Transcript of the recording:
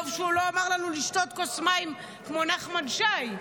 טוב שהוא לא אמר לנו לשתות כוס מים כמו נחמן שי.